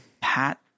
Pat